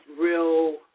real